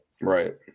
Right